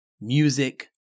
music